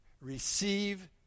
receive